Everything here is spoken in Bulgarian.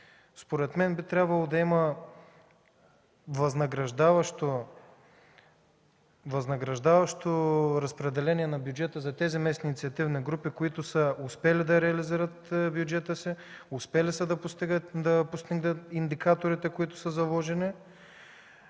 Според мен би трябвало да има възнаграждаващо разпределение на бюджети за тези местни инициативни групи, които са успели да реализират бюджета си, успели са да постигнат индикаторите, които са заложени,